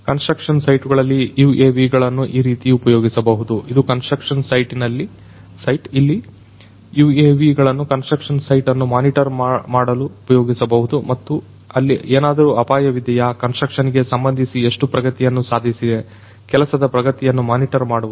construction ಸೈಟುಗಳಲ್ಲಿ UAV ಗಳನ್ನು ಈ ರೀತಿ ಉಪಯೋಗಿಸಬಹುದು ಇದು ಕನ್ಸ್ಟ್ರಕ್ಷನ್ ಸೈಟ್ ಇಲ್ಲಿ UAV ಗಳನ್ನು ಕನ್ಸ್ಟ್ರಕ್ಷನ್ ಸೈಟ್ ಅನ್ನು ಮೋನಿಟರ್ ಮಾಡಲು ಉಪಯೋಗಿಸಬಹುದು ಮತ್ತು ಅಲ್ಲಿ ಏನಾದರೂ ಅಪಾಯವಿದೆಯಾ ಕನ್ಸ್ಟ್ರಕ್ಷನ್ ಗೆ ಸಂಬಂಧಿಸಿ ಎಷ್ಟು ಪ್ರಗತಿಯನ್ನು ಸಾಧಿಸಿದೆ ಕೆಲಸದ ಪ್ರಗತಿಯನ್ನು ಮಾನಿಟರ್ ಮಾಡುವುದು